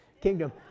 kingdom